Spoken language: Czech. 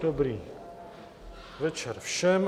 Dobrý večer všem.